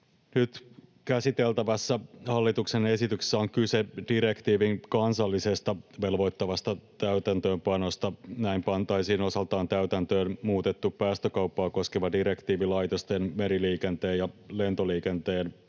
Nyt käsiteltävässä hallituksen esityksessä on kyse direktiivin kansallisesta velvoittavasta täytäntöönpanosta. Näin pantaisiin osaltaan täytäntöön muutettu päästökauppaa koskeva direktiivi laitosten, meriliikenteen ja lentoliikenteen